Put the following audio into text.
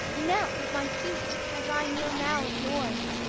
knelt at my feet as i kneel now at yours,